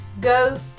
go